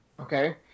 Okay